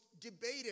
debated